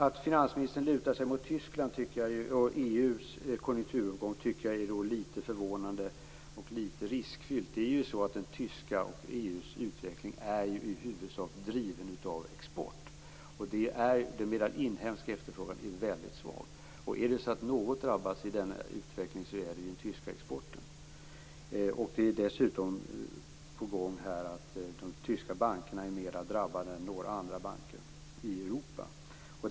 Att finansministern lutar sig mot Tyskland och EU:s konjunkturuppgång tycker jag är litet förvånande och litet riskfyllt. Den tyska utvecklingen, och EU:s utveckling, är i huvudsak driven av export. Den inhemska efterfrågan är väldigt svag. Är det något som drabbas i denna utveckling så är det den tyska exporten. Det verkar dessutom som om de tyska bankerna är mer drabbade än några andra banker i Europa.